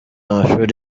amashuri